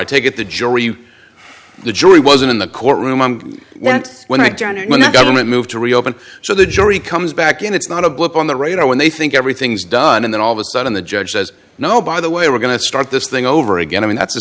i take it the jury the jury wasn't in the courtroom and that's when i joined when the government moved to reopen so the jury comes back and it's not a blip on the radar when they think everything's done and then all of a sudden the judge says no by the way we're going to start this thing over again i mean that's